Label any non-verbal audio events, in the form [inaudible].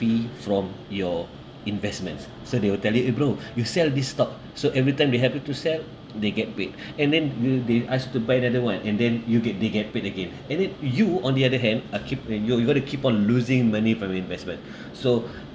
fee from your investments so they will tell you eh bro [breath] you sell this stock so everytime they help you to sell they get paid [breath] and then will they asked to buy another one and then you get they get paid again and then you on the other hand are keep and you you got to keep on losing money from investment [breath] so